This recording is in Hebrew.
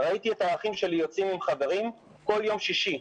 ראיתי את האחים שלי יוצאים עם חברים כל יום שישי.